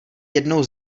jednou